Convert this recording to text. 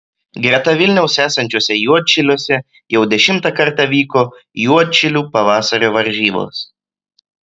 greta vilniaus esančiuose juodšiliuose jau dešimtą kartą vyko juodšilių pavasario varžybos